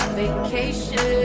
vacation